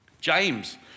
James